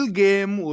game